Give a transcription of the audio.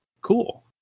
Cool